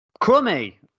Crummy